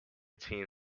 team